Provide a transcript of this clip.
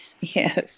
Yes